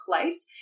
placed